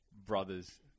brother's